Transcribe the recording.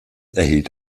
erhielt